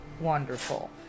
wonderful